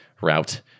route